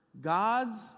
God's